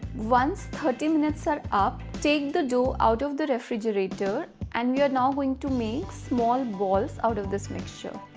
once thirty minutes are up, take the dough out of the refrigerator and you're now going to make small balls out of this mixture.